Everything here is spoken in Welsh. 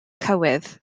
cywydd